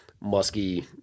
musky